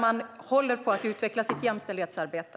Man håller på att utveckla sitt jämställdhetsarbete.